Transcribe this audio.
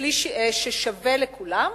ככלי ששווה לכולם,